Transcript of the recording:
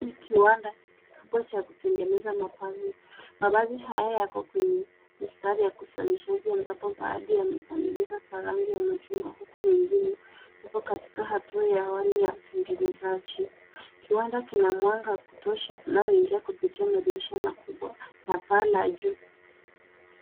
Ni kiwanda kikubwa cha kutengeneza mabasi . Mabasi haya yako kwenye mistari ya uzalishaji ambapo baadhi yamekamilika kwa rangi ya machungwa huku mengine yako katika hatua ya awali ya utengenezaji. Kiwanda kina mwanga wa kutosha unaoingia kupitia madirisha makubwa na paa la juu.